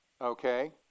Okay